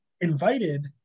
invited